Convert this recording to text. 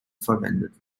verwendet